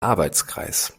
arbeitskreis